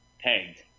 pegged